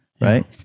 right